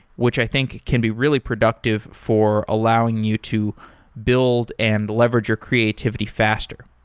which i think can be really productive for allowing you to build and leverage your creativity faster.